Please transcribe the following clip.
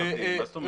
מה זאת אומרת?